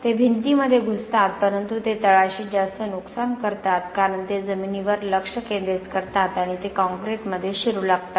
ते भिंतीमध्ये घुसतात परंतु ते तळाशी जास्त नुकसान करतात कारण ते जमिनीवर लक्ष केंद्रित करतात आणि ते काँक्रीटमध्ये शिरू लागतात